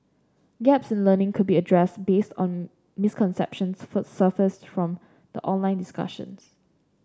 gaps in learning could be addressed based on misconceptions fir surfaced from the online discussions